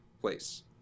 place